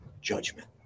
judgment